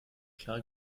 klar